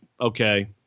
okay